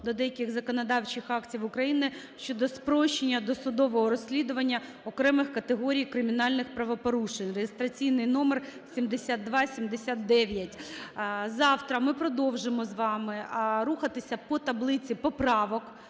до деяких законодавчих актів України щодо спрощення досудового розслідування окремих категорій кримінальних правопорушень (реєстраційний номер 7279). Завтра ми продовжимо з вами рухатися по таблиці поправок